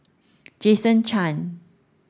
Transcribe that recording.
Jason Chan